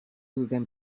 duten